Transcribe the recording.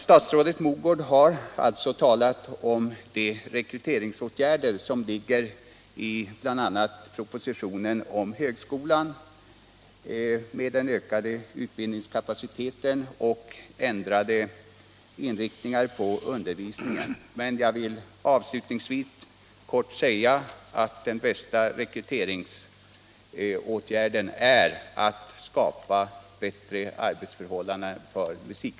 Statsrådet Mogård har talat om rekryteringsåtgärder, som bl.a. behandlas i propositionen om högskolan, med ökad utbildningskapacitet och ändrad inriktning av undervisningen, men jag vill avslutningsvis bara kortfattat säga att den bästa rekryteringsåtgärden för musiklärarna är att skapa bättre arbetsförhållanden för dem.